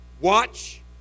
watch